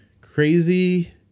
crazy